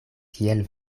kiel